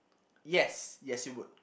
yes yes you would